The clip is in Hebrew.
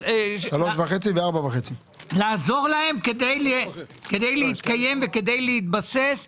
לעזור להם להתקיים ולהתבסס.